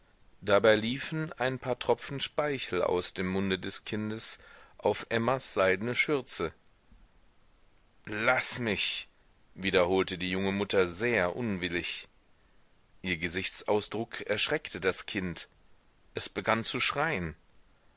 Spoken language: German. dabei liefen ein paar tropfen speichel aus dem munde des kindes auf emmas seidne schürze laß mich wiederholte die junge mutter sehr unwillig ihr gesichtsausdruck erschreckte das kind es begann zu schreien